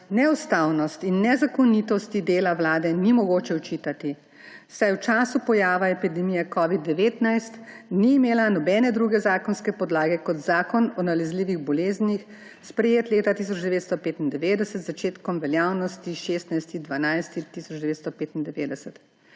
Neustavnosti in nezakonitosti dela vladi ni mogoče očitati, saj v času pojava epidemije covida-19 ni imela nobene druge zakonske podlage kot Zakon o nalezljivih boleznih, sprejet leta 1995, z začetkom veljavnosti 16. 12. 1995.